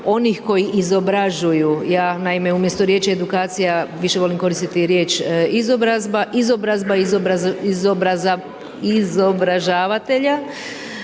onih koji izobražuju. Ja naime umjesto riječi edukacija više volim koristiti riječ izobrazba, izobražavatelja.